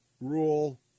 rule